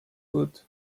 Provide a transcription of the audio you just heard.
wood